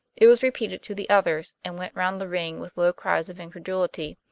it was repeated to the others, and went round the ring with low cries of incredulity.